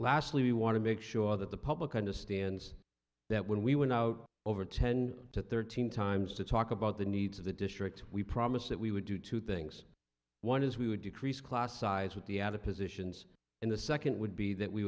we want to make sure that the public understands that when we went out over ten to thirteen times to talk about the needs of the district we promise that we would do two things one is we would decrease class size with the added positions and the second would be that we